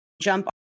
jump